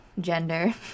gender